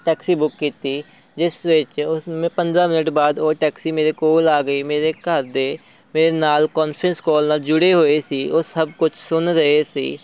taxi book ਕੀਤੀ ਜਿਸ ਵਿੱਚ ਉਸਨੂੰ ਮੈਂ ਪੰਦਰਾਂ ਮਿੰਟ ਬਾਅਦ ਉਹ ਟੈਕਸੀ ਮੇਰੇ ਕੋਲ ਆ ਗਈ ਮੇਰੇ ਘਰ ਦੇ ਮੇਰੇ ਨਾਲ ਕੋਨਫਰੈਂਸ ਕੋਲ ਨਾਲ ਜੁੜੇ ਹੋਏ ਸੀ ਉਹ ਸਭ ਕੁਛ ਸੁਣ ਰਹੇ ਸੀ